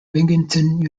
binghamton